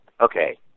Okay